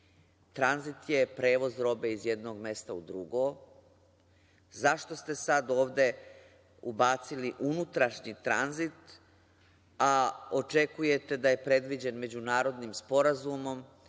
Tranzit je prevoz robe iz jednog mesta u drugo. Zašto ste sada ovde ubacili unutrašnji tranzit, a očekujete da je predviđen međunarodnim sporazumom. Iskreno,